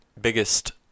biggest